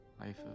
Life